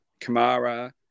Kamara